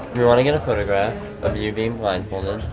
we wanna get a photograph of you being blindfolded.